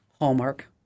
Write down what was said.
Hallmark